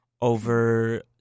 Over